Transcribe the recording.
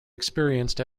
experienced